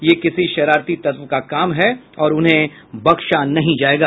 ये किसी शरारती तत्व का काम है और उन्हें बख्शा नहीं जायेगा